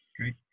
great